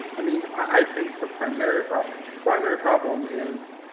i mean i think the primary problem primary problem is